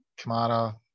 Kamara